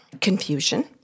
confusion